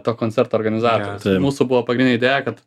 to koncerto organizatoriai mūsų buvo pagrindinė idėja kad